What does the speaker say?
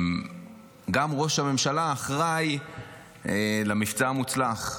גם ראש הממשלה אחראי למבצע המוצלח.